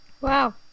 wow